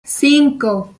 cinco